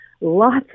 lots